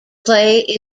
play